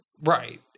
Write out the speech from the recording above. Right